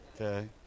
okay